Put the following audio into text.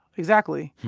exactly.